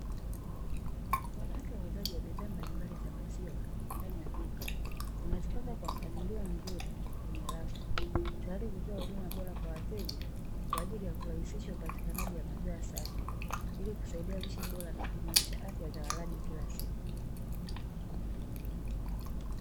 Wanawake wauzaji wa bidhaa mbalimbali za maziwa ndani ya duka, wanazipanga kwa mpangilio mzuri kwenye rafu tayari kutoa huduma bora kwa wateja, kwa ajili ya kurahisisha upatikanaji wa maziwa safi, ili kusaidia lishe bora na kuimarisha afya za walaji kila siku.